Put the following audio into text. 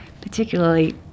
particularly